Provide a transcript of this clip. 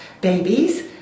babies